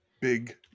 Big